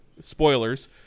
spoilers